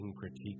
critique